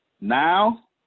Now